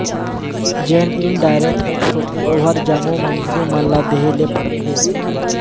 जेन indirect tax होथे ओहर जम्मो मइनसे मन ल देहे ले परथे